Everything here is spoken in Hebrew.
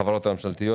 הממשלתיות,